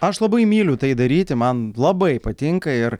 aš labai myliu tai daryti man labai patinka ir